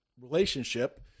relationship